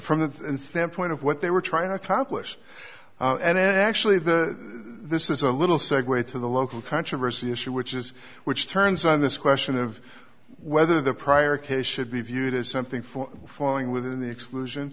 the standpoint of what they were trying to accomplish and actually the this is a little segue to the local controversy issue which is which turns on this question of whether the prior case should be viewed as something for falling within the exclusion